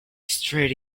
straight